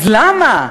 אז למה,